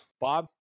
Bob